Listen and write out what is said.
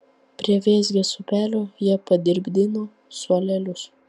prie vėzgės upelio jie padirbdino suolelius